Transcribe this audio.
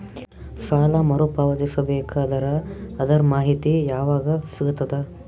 ಸಾಲ ಮರು ಪಾವತಿಸಬೇಕಾದರ ಅದರ್ ಮಾಹಿತಿ ಯವಾಗ ಸಿಗತದ?